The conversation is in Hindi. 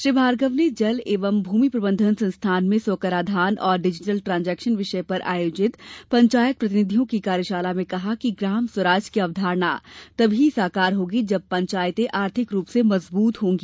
श्री भार्गव ने जल एवं भूमि प्रबंधन संस्थान में स्व कराधान और डिजिटल ट्रांजेक्शन विषय पर आयोजित पंचायत प्रतिनिधियों की कार्यशाला में कहा कि ग्राम स्वराज की अवधारणा तभी साकार होगी जब पंचायतें आर्थिक रूप से मजबूत होगी